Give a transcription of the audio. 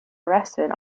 arrested